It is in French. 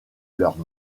leurs